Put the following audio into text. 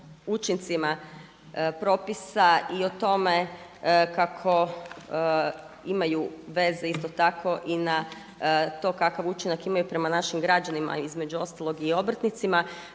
učincima propisa i o tome kako imaju veze isto tako i na to kakav učinak imaju prema našim građanima, između ostalog i obrtnicima